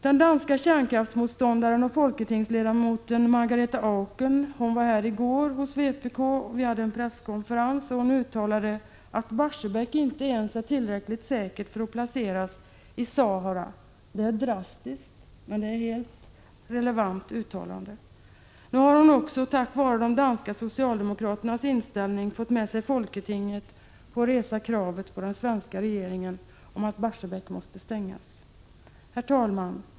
Den danska kärnkraftsmotståndaren och folketingsledamoten Margrete Auken var här i går hos vpk. Vi hade en presskonferens, och hon uttalade att Barsebäck inte ens är tillräckligt säkert för att placeras i Sahara. Det är ett drastiskt men helt relevant uttalande. Nu har hon också, tack vare de danska socialdemokraternas inställning, fått med sig folketinget på att resa kravet på den svenska regeringen att Barsebäck måste stängas. Herr talman!